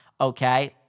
okay